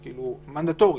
מנדטורית,